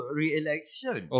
re-election